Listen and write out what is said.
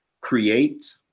create